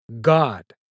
God